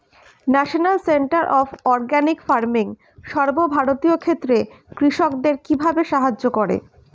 National centre of organic farming সর্বভারতীয় ক্ষেত্রে কৃষকদের কিভাবে সাহায্য করে?